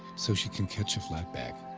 so she can catch her flight back.